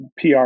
PR